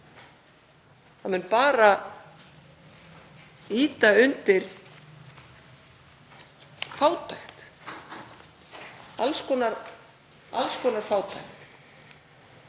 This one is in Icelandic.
Það mun bara ýta undir fátækt, alls konar fátækt,